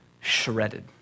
shredded